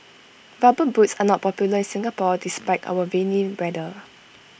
rubber boots are not popular in Singapore despite our rainy weather